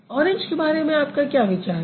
orange के बारे में आपका क्या विचार है